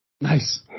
Nice